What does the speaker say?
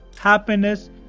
happiness